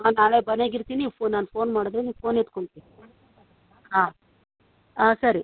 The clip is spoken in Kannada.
ನಾನು ನಾಳೆಗೆ ಮನೆಯಾಗೆ ಇರ್ತೀನಿ ನೀವು ಫೋನ್ ನಾನು ಫೋನ್ ಮಾಡಿದರೆ ನೀವು ಫೋನ್ ಎತ್ಕೊಳ್ಬೇಕು ಹಾಂ ಹಾಂ ಸರಿ